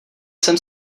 jsem